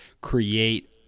create